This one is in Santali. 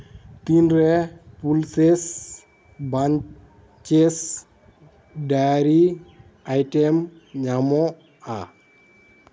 ᱛᱤᱱᱨᱮ ᱯᱟᱞᱥᱮᱥ ᱵᱟᱧᱪᱮᱥ ᱰᱮᱭᱟᱨᱤ ᱟᱭᱴᱮᱢ ᱧᱟᱢᱚᱜᱼᱟ